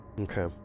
Okay